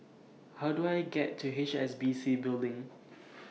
How Do I get to H S B C Building